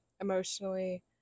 emotionally